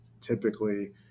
typically